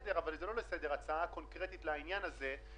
זה לא רק המחלקות לשירותים חברתיים ברשויות